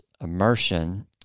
immersion